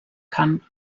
kann